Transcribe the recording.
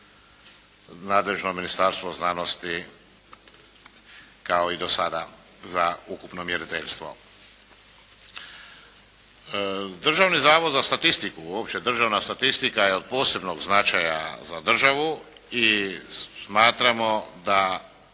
nadležno Ministarstvo znanosti kao i dosada za ukupno mjeriteljstvo. Državni zavod za statistiku, uopće državna statistika je od posebnog značaja za državu i smatramo da